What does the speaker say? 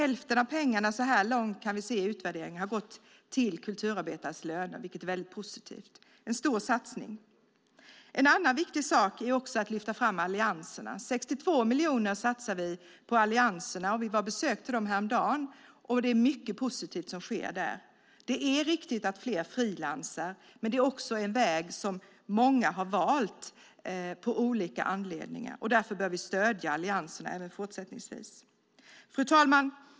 I utvärderingen kan vi se att hälften av pengarna så här långt har gått till kulturarbetares löner, vilket är väldigt positivt. Det är en stor satsning. En annan viktig sak är också att lyfta fram allianserna. 162 miljoner satsar vi på allianserna. Vi var och besökte dem härom dagen, och det är mycket positivt som sker där. Det är viktigt att fler frilansar, men det är också en väg som många har valt av olika anledningar. Därför bör vi även fortsättningsvis stödja allianserna. Fru talman!